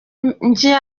imbere